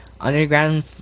underground